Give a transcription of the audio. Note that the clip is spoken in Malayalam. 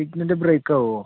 signal break ആകുമൊ